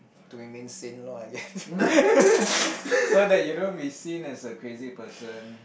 to remain sane lor i guess so that you don't be seen as a crazy person